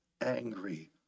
angry